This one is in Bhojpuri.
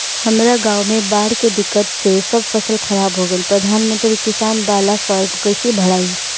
हमरा गांव मे बॉढ़ के दिक्कत से सब फसल खराब हो गईल प्रधानमंत्री किसान बाला फर्म कैसे भड़ाई?